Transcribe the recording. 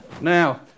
Now